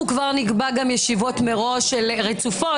אנחנו כבר נקבע גם ישיבות רצופות מראש,